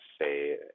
say